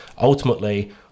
Ultimately